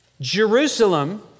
Jerusalem